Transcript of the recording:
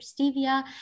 stevia